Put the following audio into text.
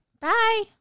Bye